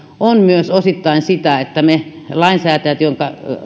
on myös osittain sitä että me lainsäätäjät joiden